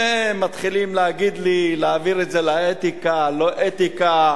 ומתחילים להגיד לי להעביר את זה לאתיקה, לא אתיקה.